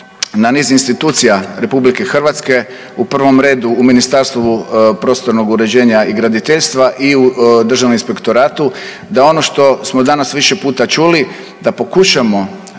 na niz institucija RH u prvom redu u Ministarstvu prostornog uređenja i graditeljstva i u Državnom inspektoratu da ono što smo danas više puta čuli, da pokušamo